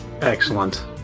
Excellent